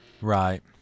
Right